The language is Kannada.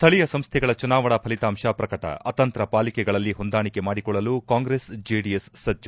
ಸ್ವಳೀಯ ಸಂಸ್ವೆಗಳ ಚುನಾವಣಾ ಫಲಿತಾಂಶ ಪ್ರಕಟ ಅತಂತ್ರ ಪಾಲಿಕೆಗಳಲ್ಲಿ ಹೊಂದಾಣಿಕೆ ಮಾಡಿಕೊಳ್ಳಲು ಕಾಂಗ್ರೆಸ್ ಜೆಡಿಎಸ್ ಸಜ್ಲು